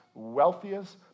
wealthiest